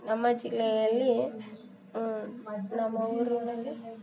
ನಮ್ಮ ಜಿಲ್ಲೆಯಲ್ಲಿ ನಮ್ಮ ಊರಿನಲ್ಲಿ